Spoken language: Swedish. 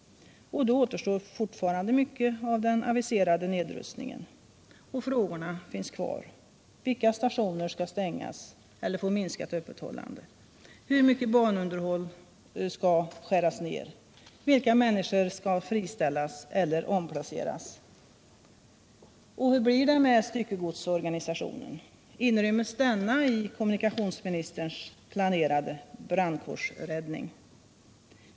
Då återstår fortfarande mycket av den aviserade nedrustningen. Och frågorna finns kvar: Vilka stationer skall stängas eller få minskat öppethållande? Hur mycket banunderhåll skall skäras ned? Vilka människor skall friställas eller omplaceras? Och hur blir det med styckegodsorganisationen — inryms den i kommunikationsministerns planerade brandkårsräddning?